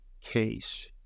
case